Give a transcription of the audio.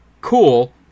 cool